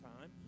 time